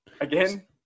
again